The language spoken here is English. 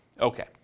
Okay